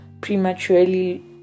prematurely